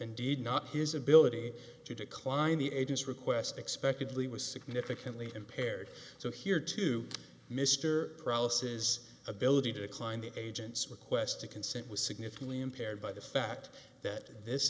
indeed not his ability to decline the agent's request expectedly was significantly impaired so here to mr prowesses ability to decline the agent's request to consent was significantly impaired by the fact that this